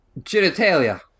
genitalia